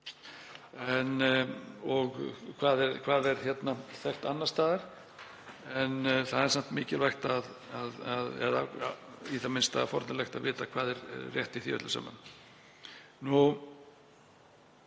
og hvað er þekkt annars staðar. Það er samt mikilvægt og í það minnsta forvitnilegt að vita hvað er rétt í því öllu saman.